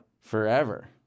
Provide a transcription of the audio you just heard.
forever